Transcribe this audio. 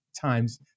times